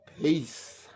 Peace